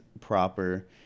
proper